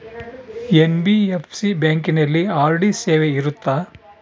NBFC ಬ್ಯಾಂಕಿನಲ್ಲಿ RD ಸೇವೆ ಇರುತ್ತಾ?